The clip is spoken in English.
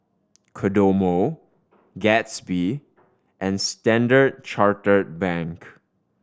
Kodomo Gatsby and Standard Chartered Bank